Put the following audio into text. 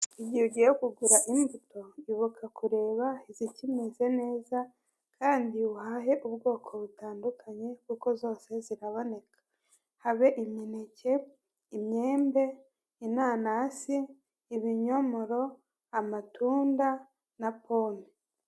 Igihe ugiye kugura imbuto, ibuka kureba izikimeze neza kandi uhahe ubwoko butandukanye kuko zose ziraboneka. Habe imineke, imyembe, inanasi, ibinyomoro, amatunda na pome.